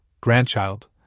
grandchild